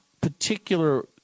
particular